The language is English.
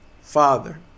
father